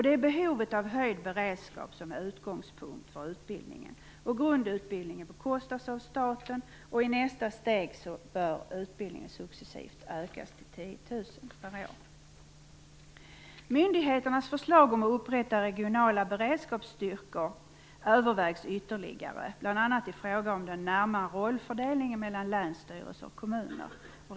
Det är behovet av höjd beredskap som är utgångspunkt för utbildningen. Grundutbildningen bekostas av staten. I nästa steg bör utbildningen successivt ökas till att omfatta Myndigheternas förslag om att upprätta regionala beredskapsstyrkor övervägs ytterligare, bl.a. i fråga om den närmare rollfördelningen mellan länsstyrelser och kommuner.